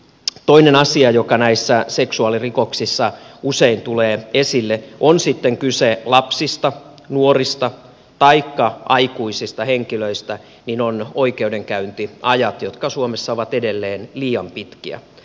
toinen asia joka näissä seksuaalirikoksissa usein tulee esille on sitten kyse lapsista nuorista taikka aikuisista henkilöistä on oikeudenkäyntiajat jotka suomessa ovat edelleen liian pitkiä